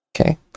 Okay